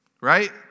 right